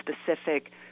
specific